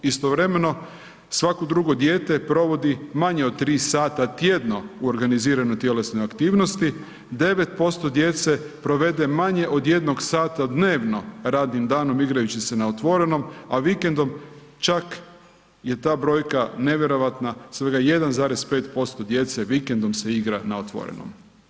Istovremeno, svako drugo dijete provodi manje od 3 sata tjedno u organiziranoj tjelesnoj aktivnosti, 9% djece provede manje od 1 sata dnevno radnim danim igrajući se na otvorenom, a vikendom čak je ta brojka nevjerojatno, svega 1,5% djece vikendom se igra na otvorenom.